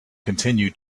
continue